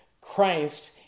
Christ